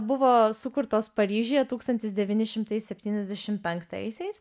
buvo sukurtos paryžiuje tūkstantis devyni šimtai septyniasdešim penktaisiais